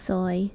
Soy